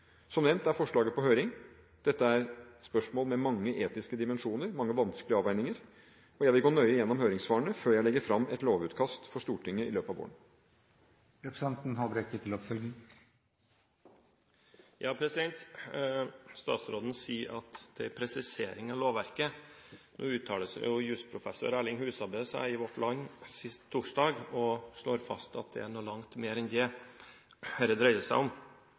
Som nevnt er forslaget på høring. Dette er spørsmål med mange etiske dimensjoner og mange vanskelige avveininger. Jeg vil gå nøye gjennom høringssvarene før jeg legger fram et lovutkast for Stortinget i løpet av våren. Statsråden sier at det er en presisering av lovverket. Jusprofessor Erling Husabø slår i Vårt Land sist torsdag fast at det er noe langt mer enn det dette dreier seg om.